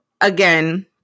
again